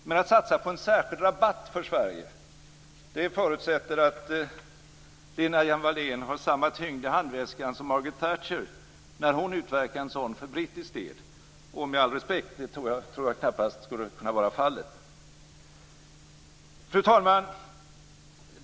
Men att satsa på en särskild rabatt för Sverige förutsätter att Lena Hjelm Wallén har samma tyngd i handväskan som Margaret Thatcher, när hon utverkade en sådan för brittisk del, och med all respekt tror jag knappast att det skulle kunna vara fallet. Fru talman!